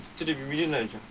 to to reunite